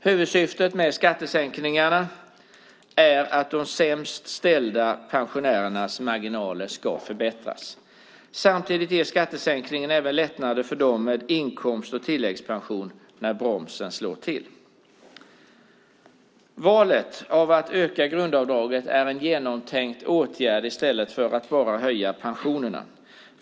Huvudsyftet med skattesänkningarna är att de sämst ställda pensionärernas marginaler ska förbättras. Samtidigt ger skattesänkningen lättnader för dem med inkomst och tilläggspension när bromsen slår till. Valet att öka grundavdraget är en genomtänkt åtgärd. Det görs i stället för att bara höja pensionerna.